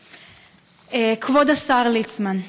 כבוד השר ליצמן,